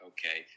Okay